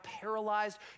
paralyzed